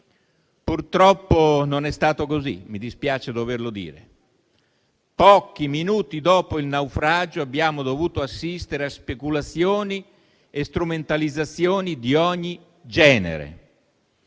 Purtroppo non è stato così. Mi dispiace doverlo dire. Pochi minuti dopo il naufragio abbiamo dovuto assistere a speculazioni e strumentalizzazioni di ogni genere.